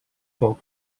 for